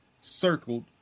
circled